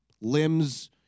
limbs